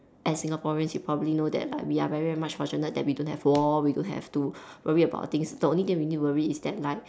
as Singaporeans you probably know that like we are very much fortunate that we don't have war we don't have to worry about things the only things we need to worry is like